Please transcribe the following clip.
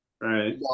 Right